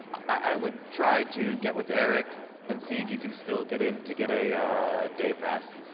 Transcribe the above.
i would try to get with eric and see if you can still get in to get a day pass.